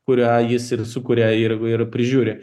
kurią jis ir sukuria ir ir prižiūri